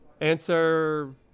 Answer